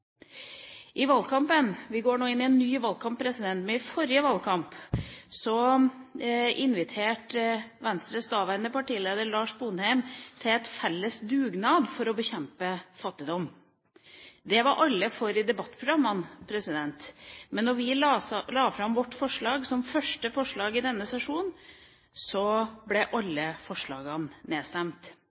Vi går nå inn i en ny valgkamp, men i forrige valgkamp inviterte Venstres daværende partileder, Lars Sponheim, til en felles dugnad for å bekjempe fattigdom. Det var alle for i debattprogrammene, men da vi la fram vårt forslag som første forslag i denne sesjonen, ble alle forslagene nedstemt.